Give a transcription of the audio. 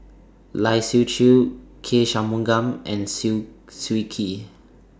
Lai Siu Chiu K Shanmugam and Swee Kee